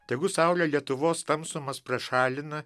tegu saulė lietuvos tamsumas prašalina